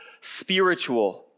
spiritual